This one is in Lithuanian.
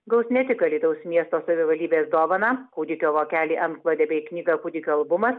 gaus ne tik alytaus miesto savivaldybės dovaną kūdikio vokelį antklodę bei knygą kūdikio albumas